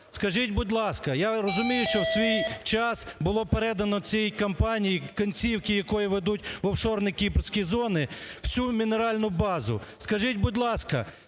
Скажіть, будь ласка, я розумію, що у свій час було передано цій компанії, кінці якої ведуть в офшорні кіпрські зони, всю мінеральну базу. Скажіть, будь ласка,